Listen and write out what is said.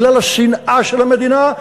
בגלל השנאה של המדינה,